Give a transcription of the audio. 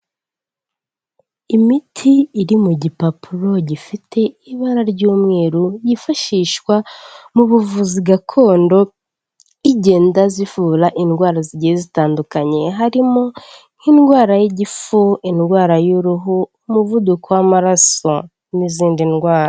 Imiti iri mu gipapuro gifite ibara ry'umweru, yifashishwa mu buvuzi gakondo, igenda zivura indwara zigiye zitandukanye, harimo nk'indwara y'igifu, indwara y'umuvuduko w'amaraso n'izindi ndwara.